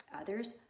others